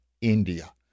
India